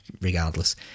regardless